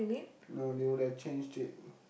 no they would have changed it